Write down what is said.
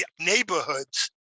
neighborhoods